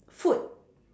food